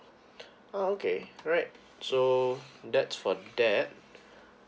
oh okay right so that's for that